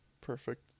Perfect